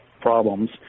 problems